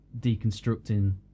deconstructing